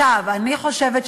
אני חושבת,